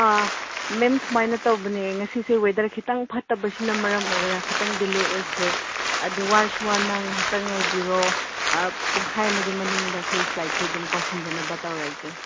ꯑꯥ ꯃꯦꯝ ꯁꯨꯃꯥꯏꯅ ꯇꯧꯕꯅꯦ ꯉꯁꯤꯁꯦ ꯋꯦꯗꯔ ꯈꯤꯇꯪ ꯐꯠꯇꯕꯁꯤꯅ ꯃꯔꯝ ꯑꯣꯏꯔꯒ ꯈꯤꯇꯪ ꯗꯤꯂꯦ ꯑꯣꯏꯈ꯭ꯔꯦ ꯑꯗꯨ ꯋꯥꯔꯁꯨ ꯋꯥꯅ ꯉꯥꯏꯍꯥꯛꯇꯪ ꯉꯥꯏꯕꯤꯔꯣ ꯄꯨꯡꯈꯥꯏ ꯑꯃꯒꯤ ꯃꯅꯨꯡꯗ ꯑꯩꯈꯣꯏꯒꯤ ꯐ꯭ꯂꯥꯏꯠꯁꯤ ꯑꯗꯨꯝ ꯀꯪꯁꯤꯟꯖꯅꯕ ꯇꯧꯔꯒꯦ